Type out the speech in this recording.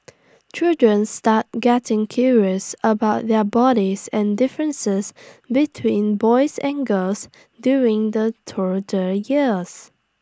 children start getting curious about their bodies and differences between boys and girls during the toddler years